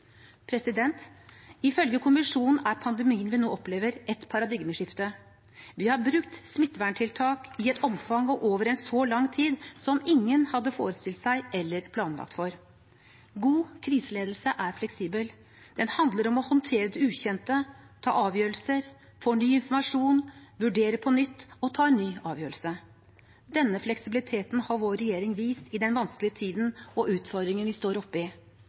Ifølge kommisjonen er pandemien vi nå opplever, et paradigmeskifte. Vi har brukt smitteverntiltak i et omfang og over en så lang tid som ingen hadde forestilt seg eller planlagt for. God kriseledelse er fleksibel. Det handler om å håndtere det ukjente, ta avgjørelser, få ny informasjon, vurdere på nytt og ta en ny avgjørelse. Denne fleksibiliteten har vår regjering vist i den vanskelige tiden og utfordringen vi står oppe i,